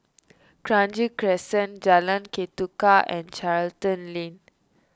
Kranji Crescent Jalan Ketuka and Charlton Lane